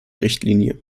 richtlinie